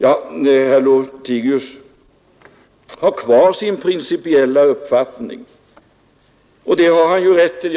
Herr Lothigius får ha kvar sin principiella uppfattning, för det har han rätt till.